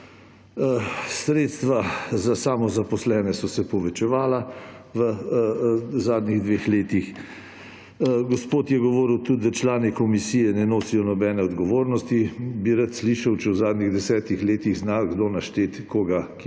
Sredstva za samozaposlene so se povečevala v zadnjih dveh letih. Gospod je govoril tudi, da člani komisije ne nosijo nobene odgovornosti. Bi rad slišal, če v zadnjih 10 letih znal kdo našteti koga, ki